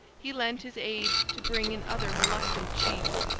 he lent his aid to bring in other reluctant chiefs,